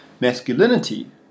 Masculinity